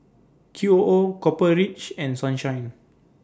Q O O Copper Ridge and Sunshine